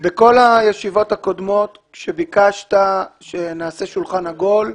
בכל הישיבות הקודמות, כשביקשת שנעשה שולחן עגול,